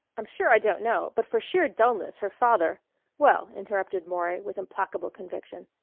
i'm sure i don't know but for sheer dulness her father well, interrupted maury with implacable conviction,